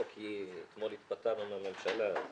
לא, כי אתמול התפטרנו מהממשלה.